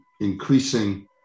increasing